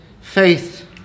faith